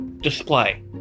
display